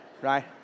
Right